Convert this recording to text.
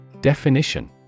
Definition